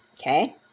Okay